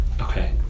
Okay